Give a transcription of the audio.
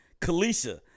Kalisha